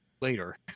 later